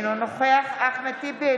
אינו נוכח אחמד טיבי,